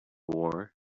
war